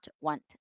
want